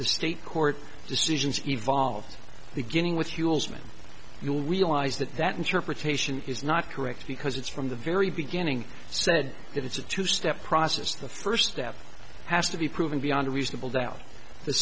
the state court decisions evolve beginning with you'll xmen you'll realize that that interpretation is not correct because it's from the very beginning said that it's a two step process the first step has to be proven beyond a reasonable doubt th